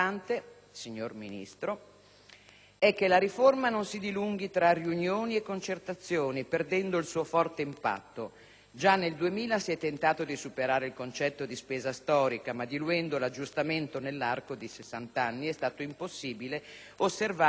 è che la riforma non si dilunghi tra riunioni e concertazioni perdendo il suo forte impatto. Già nel 2000 si è tentato di superare il concetto di spesa storica ma, diluendo l'aggiustamento nell'arco di 60 anni, è stato impossibile osservare qualsiasi tipo di beneficio.